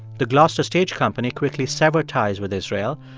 the gloucester stage company quickly severed ties with israel.